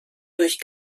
durch